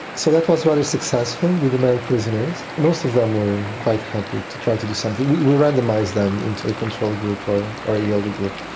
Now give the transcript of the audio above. so that was rather successful with the male prisoners. most of them were quite happy to try to do something. we we randomised them into a control group or or a yoga group.